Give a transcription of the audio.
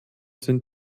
sind